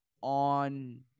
on